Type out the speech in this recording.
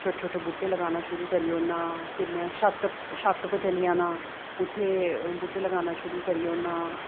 छोटे छोटे बूह्टे लगाना शुरू करी ओड़ना फिर मैं छत्त उप छत्त उप्पर चली जाना उत्थै बूह्टे लगाना शुरू करी ओड़ना